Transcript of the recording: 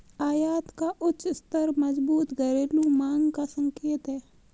आयात का उच्च स्तर मजबूत घरेलू मांग का संकेत है